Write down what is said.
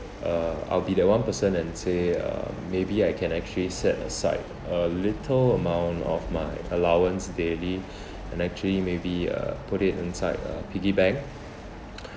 uh I'll be that one person and say uh maybe I can actually set aside a little amount of my allowance daily and actually maybe uh put it inside a piggy bank